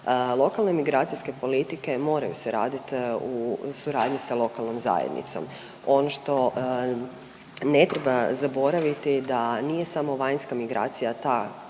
Lokalne migracijske politike moraju se raditi u suradnji sa lokalnom zajednicom. Ono što ne treba zaboraviti je da nije samo vanjska migracija ta